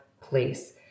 place